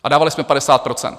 A dávali jsme 50 %.